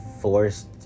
forced